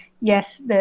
yes